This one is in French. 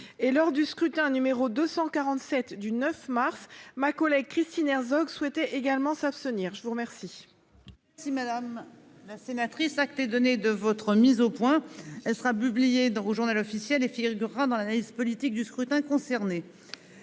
et lors du scrutin, numéro 247 du 9 mars, ma collègue Christine Herzog souhaitée également. Sonia je vous remercie.